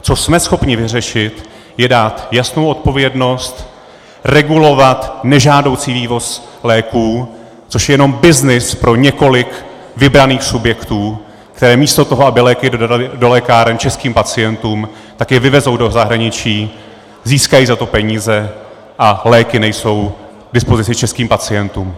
Co jsme schopni vyřešit, je dát jasnou odpovědnost, regulovat nežádoucí vývoz léků, což je jenom byznys pro několik vybraných subjektů, které místo toho, aby léky dodaly do lékáren českým pacientům, tak je vyvezou do zahraničí, získají za to peníze, a léky nejsou k dispozici českým pacientům.